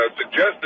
suggested